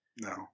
No